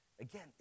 Again